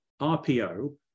RPO